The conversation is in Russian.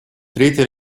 третья